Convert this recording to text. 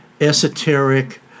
esoteric